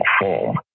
form